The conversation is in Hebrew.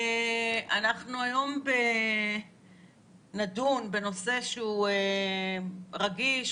אנחנו היום נדון בנושא שהוא רגיש,